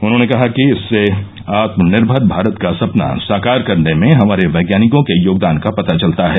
उन्होंने कहा कि इससे आत्मनिर्भर भारत का सपना साकार करने में हमारे वैज्ञानिकों के योगदान का पता चलता है